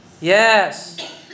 Yes